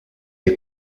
est